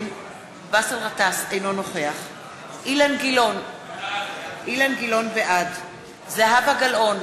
אינו נוכח אילן גילאון, בעד זהבה גלאון,